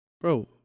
Bro